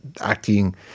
Acting